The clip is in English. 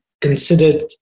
considered